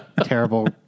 Terrible